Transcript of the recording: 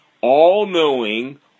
all-knowing